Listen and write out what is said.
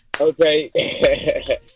okay